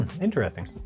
interesting